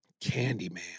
Candyman